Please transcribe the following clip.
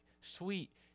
sweet